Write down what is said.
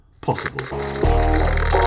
possible